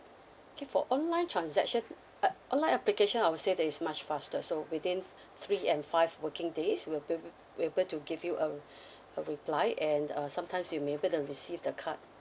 okay for online transactions uh online application I would say that is much faster so within three and five working days we'll bilb~ we're able to give you a a reply and uh sometimes you may be able to receive the card